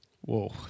Whoa